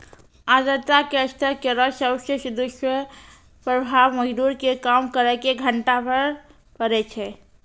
आर्द्रता के स्तर केरो सबसॅ दुस्प्रभाव मजदूर के काम करे के घंटा पर पड़ै छै